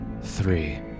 Three